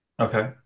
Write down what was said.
Okay